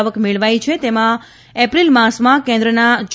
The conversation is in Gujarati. આવક મેળવાઇ છે તેમાં એપ્રિલ માસમાં કેન્દ્રના જી